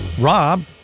Rob